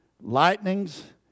lightnings